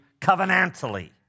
covenantally